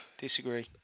Disagree